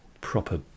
Proper